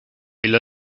ile